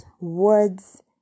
words